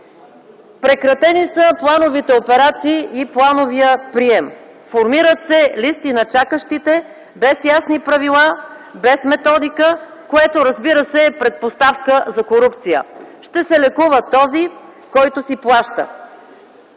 Прекратени са плановите операции и плановият прием. Формират се листи на чакащите без ясни правила, без методика, което разбира се е предпоставка за корупция. Ще се лекува този, който си плаща.